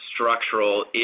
structural